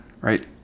right